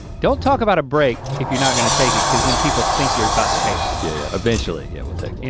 don't talk about a break, if you're not gonna take it. cause then people think you're about to take it. yeah, yeah. eventually, yeah, we'll take yeah